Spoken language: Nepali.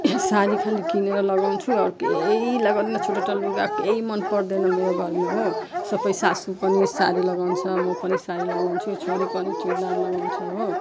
साडी खाली किनेर लगाउँछु अरू केही लगाउन्नँ छोटो छोटो लुगा केही मन पर्दैन मेरो घरमा हो सबै सासू पनि साडी लगाउँछ म पनि साडी लगाउँछु छोरी पनि चुरीदार लगाउँछ हो